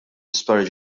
isptar